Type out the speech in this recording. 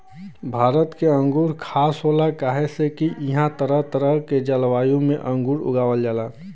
भारत के अंगूर खास होला काहे से की इहां तरह तरह के जलवायु में अंगूर उगावल जाला